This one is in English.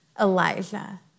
Elijah